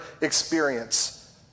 experience